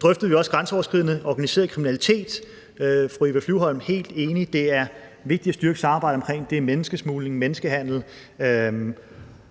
drøftede vi også grænseoverskridende og organiseret kriminalitet, og, fru Eva Flyvholm, jeg er helt enig i, at det er vigtigt at styrke samarbejdet, og også hvad angår menneskesmugling og menneskehandel.